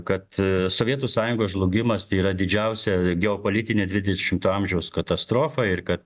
kad sovietų sąjungos žlugimas tai yra didžiausia geopolitinė dvidešimto amžiaus katastrofa ir kad